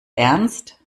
ernst